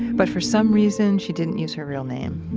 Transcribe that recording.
but for some reason she didn't use her real name